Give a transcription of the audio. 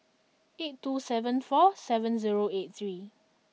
eight two seven four seven zero eight three